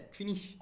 finish